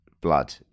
blood